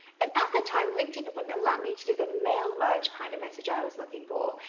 and at the time, linkedin wouldn't allow me to do the mail merge kind of message i was looking for,